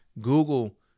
Google